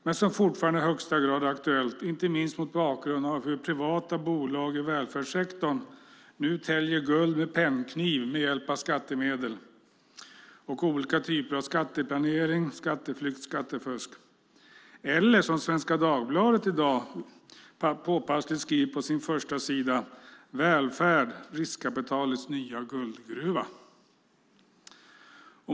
Men det är fortfarande i högsta grad är aktuellt, inte minst mot bakgrund av hur privata bolag i välfärdssektorn nu täljer guld med pennkniv med hjälp av skattemedel och olika typer av skatteplanering, skatteflykt och skattefusk. Eller, som Svenska Dagbladet i dag påpassligt skriver på sin förstasida: Välfärd riskkapitalets nya guldgruva .